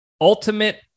Ultimate